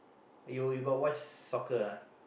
you you got watch soccer ah